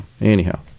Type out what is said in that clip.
Anyhow